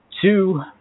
two